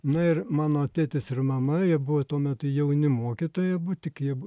na ir mano tėtis ir mama jie buvo tuo metu jauni mokytojai abu tik jie